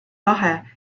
lahe